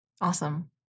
Awesome